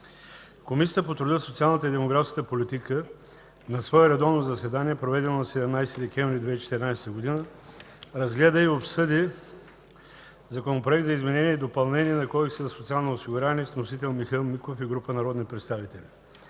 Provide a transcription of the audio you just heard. Комисията по труда, социалната и демографската политика на свое редовно заседание, проведено на 17 декември 2014 г., разгледа и обсъди Законопроект за изменение и допълнение на Кодекса за социално осигуряване с вносител Михаил Миков и група народни представители.